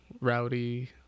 rowdy